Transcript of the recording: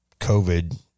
covid